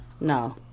No